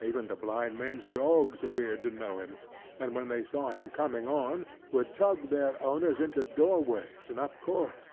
even the blind men's dogs appeared to know him and when they saw him coming on, would tug their owners into doorways and up courts